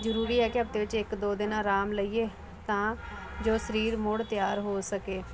ਜ਼ਰੂਰੀ ਹੈ ਕਿ ਹਫਤੇ ਵਿੱਚ ਇੱਕ ਦੋ ਦਿਨਾਂ ਆਰਾਮ ਲਈਏ ਤਾਂ ਜੋ ਸਰੀਰ ਮੁੜ ਤਿਆਰ ਹੋ ਸਕੇ